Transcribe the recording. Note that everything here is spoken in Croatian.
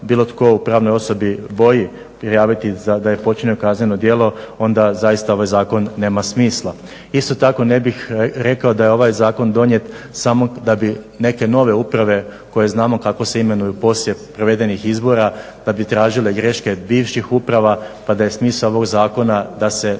bilo tko u pravnoj osobi boji prijaviti da je počinjeno kazneno djelo onda ovaj zakon zaista nema smisla. Isto tako ne bih rekao da je ovaj zakon donijet samo da bi neke nove uprave koje znamo kako se imenuju poslije provedenih izbora da bi tražile greške bivših uprava pa da je smisao ovog zakona da se nova